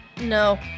No